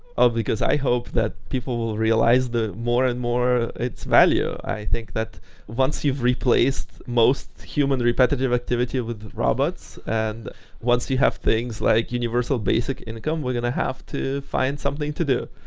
ah because i hope that people will realize more and more it's value. i think that once you've replaced most human repetitive activity with robots and once you have things like universal basic income, we're going to have to find something to do